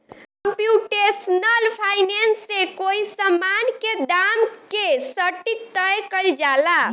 computational finance से कोई समान के दाम के सटीक तय कईल जाला